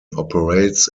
operates